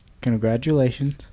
Congratulations